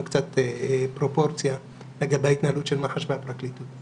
קצת פרופורציה לגבי ההתנהלות של מח"ש והפרקליטות.